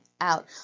out